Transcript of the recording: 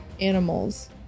Animals